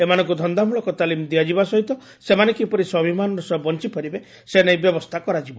ଏମାନଙ୍ଙୁ ଧନ୍ଦାମ୍ଳକ ତାଲିମ ଦିଆଯିବା ସହିତ ସେମାନେ କିପରି ସ୍ୱାଭିମାନର ସହ ବଞ୍ଚି ପାରିବେ ସେ ନେଇ ବ୍ୟବସ୍ତା କରାଯିବ